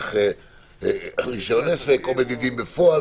דרך רשיון עסק, או בפועל.